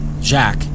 Jack